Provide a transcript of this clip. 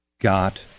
got